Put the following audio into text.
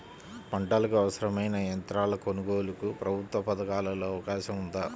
పంటకు అవసరమైన యంత్రాల కొనగోలుకు ప్రభుత్వ పథకాలలో అవకాశం ఉందా?